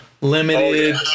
Limited